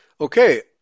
Okay